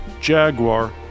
Jaguar